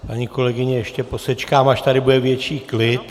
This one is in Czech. Paní kolegyně, ještě posečkám, až tady bude větší klid.